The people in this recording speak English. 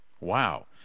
Wow